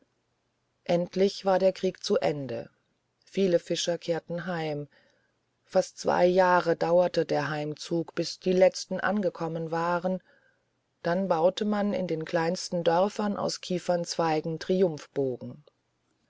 endlich war der krieg zu ende viele fischer kehrten heim fast zwei jahre dauerte der heimzug bis die letzten angekommen waren dann baute man in den kleinsten dörfern aus kiefernzweigen triumphbogen